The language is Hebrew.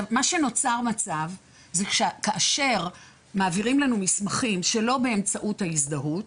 נוצר מצב שכאשר מעבירים לנו מסמכים שלא באמצעות ההזדהות,